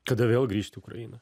kada vėl grįšit į ukrainą